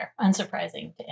Unsurprising